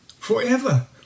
forever